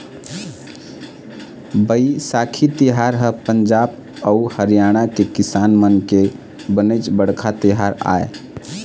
बइसाखी तिहार ह पंजाब अउ हरियाणा के किसान मन के बनेच बड़का तिहार आय